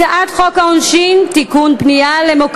חוק ומשפט נתקבלה.